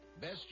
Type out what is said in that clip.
Best